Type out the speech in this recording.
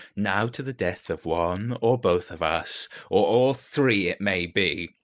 now to the death of one, or both of us, or all three it may be.